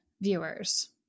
viewers